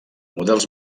models